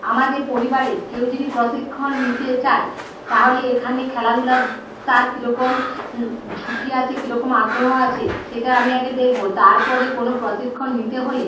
আমাদের পরিবারের কেউ যদি প্রশিক্ষণ নিতে চায় তাহলে এখানে খেলাধূলার তার কীরকম ঝুঁকি আছে কীরকম আগ্রহ আছে সেটা আমি আগে দেখব তারপরে কোনও প্রশিক্ষণ নিতে হলে